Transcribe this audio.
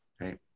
Right